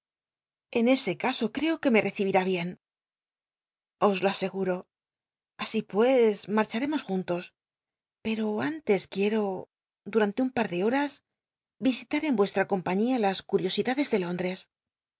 en ese caso creo que me recibirá bien os lo asegu ro asi pues marcha remos juntos peto antes quiero dtuante un par de horas yisiuu en vucstm compañia las curiosidades de londres